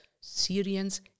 Syrians